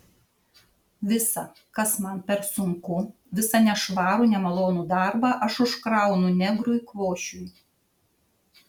visa kas man per sunku visą nešvarų nemalonų darbą aš užkraunu negrui kvošiui